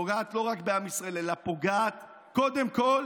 פוגעת לא רק בעם ישראל, אלא פוגעת קודם כול